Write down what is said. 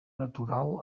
natural